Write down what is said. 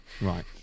Right